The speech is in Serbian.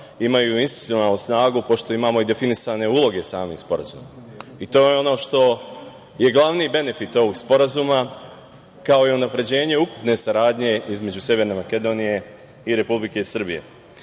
imaju institucionalnu snagu, pošto imamo i definisane uloge samih sporazuma. I to je ono što je glavni benefit ovog sporazuma, kao i unapređenje ukupne saradnje između Severne Makedonije i Republike Srbije. Na